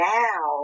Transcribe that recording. now